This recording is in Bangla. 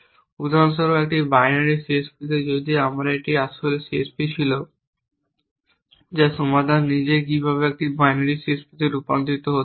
উদাহরণস্বরূপ একটি বাইনারি CSPতে যদি এটি আমার আসল CSP ছিল যা সমাধান নিজেই কীভাবে একটি বাইনারি CSPতে রূপান্তরিত হতে পারে